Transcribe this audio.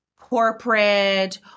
corporate